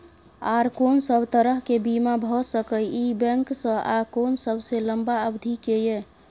आर कोन सब तरह के बीमा भ सके इ बैंक स आ कोन सबसे लंबा अवधि के ये?